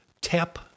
tap